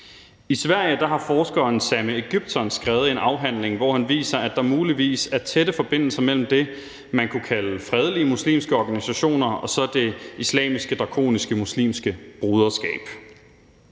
I Sverige har forskeren Sameh Egyptson skrevet en afhandling, hvor han viser, at der muligvis er tætte forbindelser mellem det, man kunne kalde fredelige muslimske organisationer, og så det islamiske drakoniske Muslimske Broderskab.